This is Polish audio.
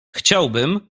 chciałbym